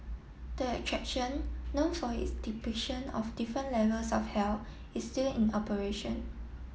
the attraction know for its depiction of different levels of hell is still in operation